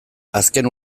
azken